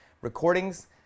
recordings